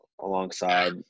alongside